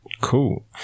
Cool